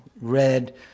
red